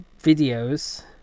videos